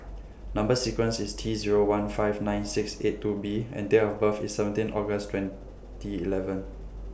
Number sequence IS T Zero one five nine six eight two B and Date of birth IS seventeen August twenty eleven